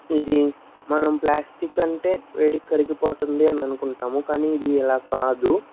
ఇది మనం ప్లాస్టిక్ అంటే వేడికి కరిగిపోతుంది అని అనుకుంటాము కానీ ఇది ఇలా కాదు